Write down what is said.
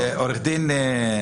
אין.